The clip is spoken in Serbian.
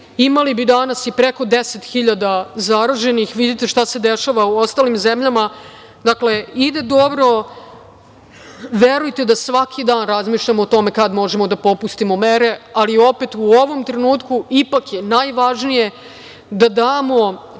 imali bi danas preko i 10.000 zaraženih. Vidite šta se dešava u ostalim zemljama. Dakle, ide dobro, verujte da svaki dan razmišljam o tome kad možemo da popustimo mere, ali opet u ovom trenutku ipak je najvažnije da damo